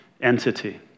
entity